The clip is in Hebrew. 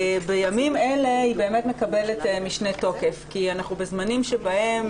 בימים אלה היא באמת מקבלת משנה תוקף כי אנחנו בזמנים בהם